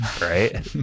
right